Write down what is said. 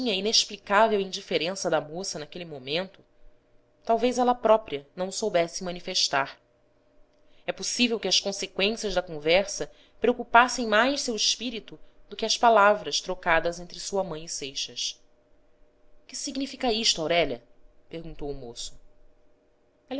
inexplicável indiferença da moça naquele momento talvez ela própria não o soubesse manifestar é possível que as conseqüências da conversa preocupassem mais seu espírito do que as palavras trocadas entre sua mãe e seixas que significa isto aurélia perguntou o moço